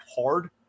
hard